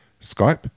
Skype